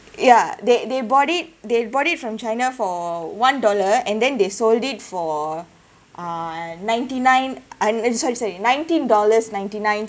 ya they they bought it they bought it from china for one dollar and then they sold it for uh ninety nine ah sorry sorry nineteen dollars ninety nine